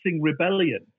rebellion